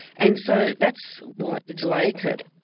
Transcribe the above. and so that's why the delay occurred.